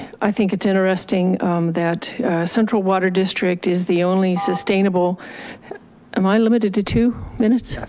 i think it's interesting that central water district is the only sustainable am i limited to two minutes?